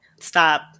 Stop